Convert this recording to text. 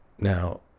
Now